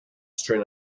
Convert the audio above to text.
strain